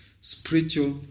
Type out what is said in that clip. spiritual